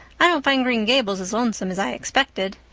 i don't find green gables as lonesome as i expected.